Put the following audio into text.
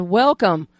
welcome